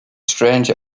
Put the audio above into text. strange